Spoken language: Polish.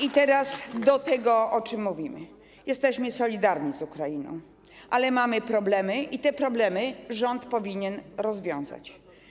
Co do tego, o czym mówimy: jesteśmy solidarni z Ukrainą, ale mamy problemy i te problemy rząd powinien rozwiązać.